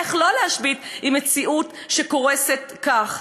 איך לא להשבית עם מציאות שקורסת כך?